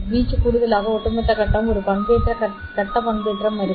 வீச்சு கூடுதலாக ஒட்டுமொத்த கட்டம் ஒரு கட்ட பண்பேற்றம் இருக்கும்